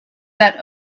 that